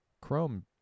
Chrome